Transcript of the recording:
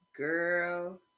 girl